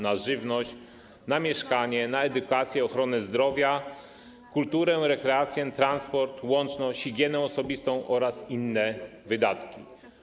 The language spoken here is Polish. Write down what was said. Na żywność, na mieszkanie, na edukację, ochronę zdrowia, kulturę, rekreację, transport, łączność, higienę osobistą oraz inne wydatki.